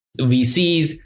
VCs